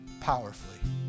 powerfully